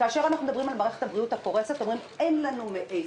כאשר אנחנו מדברים על מערכת הבריאות הקורסת אומרים: אין לנו מאיפה,